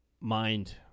mind